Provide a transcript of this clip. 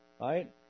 right